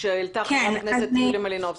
שהעלתה חברת הכנסת יוליה מלינובסקי.